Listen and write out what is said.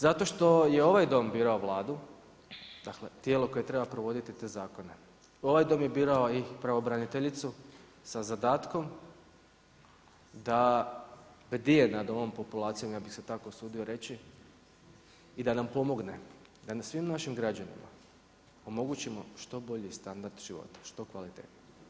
Zato što je ovaj Dom birao Vladu, dakle tijelo koje treba provoditi te zakone, ovaj Dom je birao i pravobraniteljicu sa zadatkom da bdije nad ovom populacijom, ja bi se tako usudio reći i da nam pomogne, da svim našim građanima omogućimo što bolji standard života, što kvalitetniji.